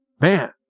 man